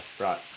Right